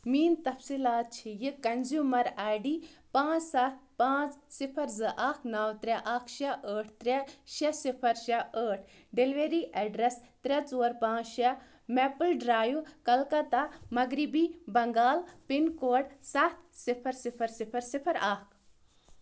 میٲنۍ تفصیلات چھ یہِ کنٛزیوٗمَر آی ڈی پانٛژھ سَتھ پانٛژھ صِفَر زٕ اَکھ نَو ترٛےٚ اَکھ شےٚ ٲٹھ ترٛےٚ شےٚ صِفَر شےٚ ٲٹھ ڈلیوری ایڈریس ترٛےٚ ژور پانٛژھ شےٚ میپٕل ڈرائیو کولکتہ مغربی بنگال پن کوڈ سَتھ صِفَر صِفَر صِفَر اَکھ